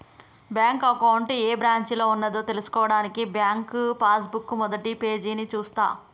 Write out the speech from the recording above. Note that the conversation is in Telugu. బ్యాంకు అకౌంట్ ఏ బ్రాంచిలో ఉన్నదో తెల్సుకోవడానికి బ్యాంకు పాస్ బుక్ మొదటిపేజీని చూస్తే